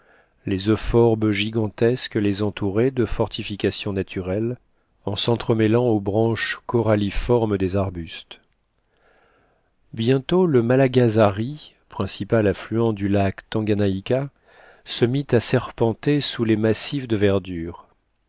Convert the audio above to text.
les euphorbes gigantesques les entouraient de fortifications naturelles en s'entremêlant aux branches coralliformes des arbustes bientôt le malagazari principal affluent du lac tanganayika se mit à serpenter sous les massifs de verdure